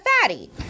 fatty